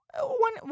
one